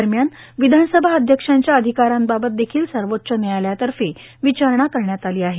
दरम्यान विधानसभा अध्यक्षांच्या अधिकारांबाबत देखिल सर्वोच्च न्यायालयातर्फे विचारणा करण्यात आली आहे